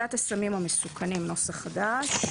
בפקודת הסמים המסוכנים (נוסח חדש),